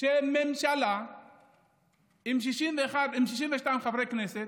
שממשלה עם 62 חברי כנסת,